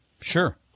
sure